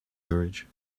courage